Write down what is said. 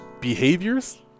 behaviors